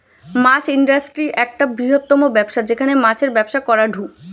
মাছ industry একটা বৃহত্তম ব্যবসা যেখানে মাছের ব্যবসা করাঢু